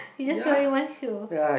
he's just wearing one shoe